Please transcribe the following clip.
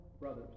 brothers